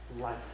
life